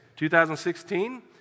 2016